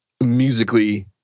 musically